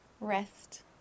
rest